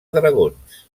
dragons